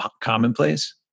commonplace